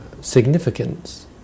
significance